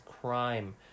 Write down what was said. crime